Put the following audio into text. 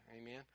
Amen